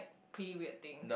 pretty weird thing